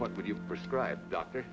what would you prescribe doctor